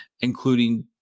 including